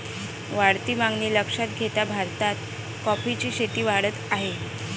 वाढती मागणी लक्षात घेता भारतात कॉफीची शेती वाढत आहे